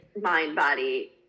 mind-body